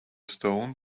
stone